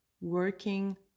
working